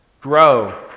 grow